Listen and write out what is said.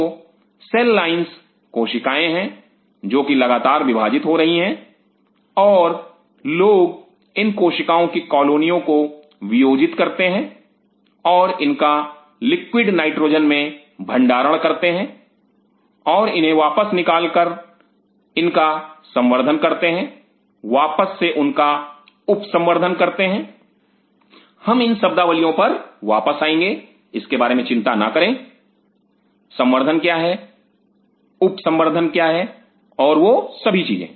तो cell lines कोशिकाएं हैं जो कि लगातार विभाजित हो रही हैं और लोग इन कोशिका की कालोनियों को वियोजित करते हैं और इनका लिक्विड नाइट्रोजन में भंडारण करते हैं और इन्हें बाहर निकाल कर वापस से इनका संवर्धन करते हैं वापस से उनका उप संवर्धन करते हैं हम इन शब्दावलिओं पर वापस आएंगे इसके बारे में चिंता ना करें संवर्धन क्या है उप संवर्धन क्या है और वह सभी चीजें